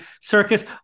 circus